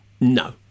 no